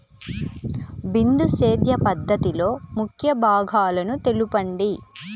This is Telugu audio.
బిందు సేద్య పద్ధతిలో ముఖ్య భాగాలను తెలుపండి?